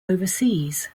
overseas